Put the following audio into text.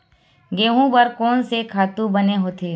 गेहूं बर कोन से खातु बने होथे?